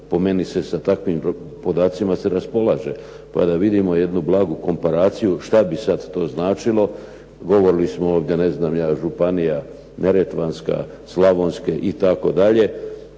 po meni se sa takvim podacima se raspolaže, pa da vidimo jednu blagu komparaciju šta bi sad to značilo. Govorili smo ovdje ne znam ja Županija neretvanska, slavonske itd. da